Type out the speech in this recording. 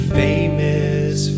famous